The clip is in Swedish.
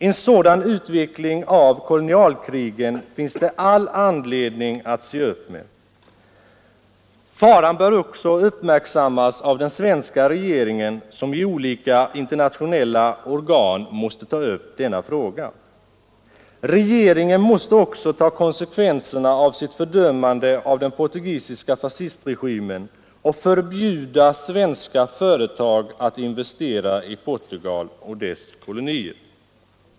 En sådan utveckling av kolonialkrigen finns det all anledning att se upp med. Faran bör också uppmärksammas av den svenska regeringen, som i olika internationella organ måste ta upp denna fråga. Regeringen måste även ta konsekvenserna av sitt fördömande av den portugisiska fascistregimen och förbjuda svenska företag att investera i Portugal och dess kolonier.